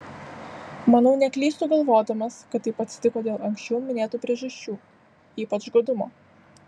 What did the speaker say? manau neklystu galvodamas kad taip atsitiko dėl anksčiau minėtų priežasčių ypač godumo